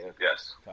yes